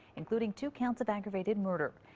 including two counts of aggravated murder.